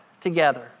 together